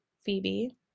Phoebe